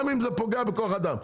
גם אם זה פוגע בכוח אדם.